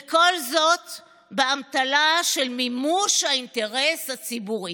וכל זאת באמתלה של מימוש האינטרס הציבורי.